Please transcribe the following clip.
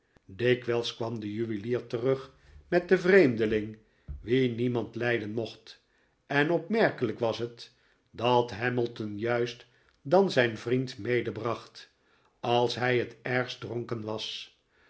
dikwijls kwam de juwelier terug met den vreemdeling wien niemand lijden mocht en opmerkelijk was het dat hamilton juist dan zijn vriend medebracht als hij het ergst dronken was